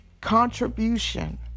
contribution